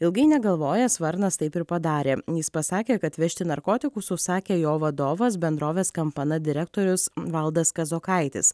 ilgai negalvojęs varnas taip ir padarė jis pasakė kad vežti narkotikus užsakė jo vadovas bendrovės kampana direktorius valdas kazokaitis